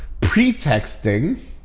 pretexting